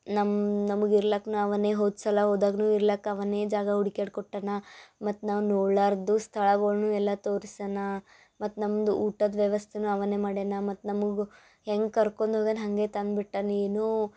ನಮ್ಮ ನಮಗೆ ಇರ್ಲಕ್ನೂ ಅವನೇ ಹೋದ ಸಲ ಹೋದಾಗ್ಲೂ ಇರ್ಲಕ್ಕ ಅವನೇ ಜಾಗ ಹುಡ್ಕ್ಯಾಡಿ ಕೊಟ್ಟಾನ ಮತ್ತು ನಾವು ನೋಡ್ಲಾರ್ದು ಸ್ಥಳಗಳ್ನೂ ಎಲ್ಲ ತೋರಿಸನ ಮತ್ತು ನಮ್ಮದು ಊಟದ ವ್ಯವಸ್ಥೆನೂ ಅವನೇ ಮಾಡ್ಯನ ಮತ್ತು ನಮಗೂ ಹೆಂಗೆ ಕರ್ಕೊಂಡ್ ಹೋಗ್ಯನ ಹಾಗೆ ತಂದು ಬಿಟ್ಟಾನ ಏನೂ